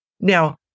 Now